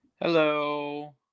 hello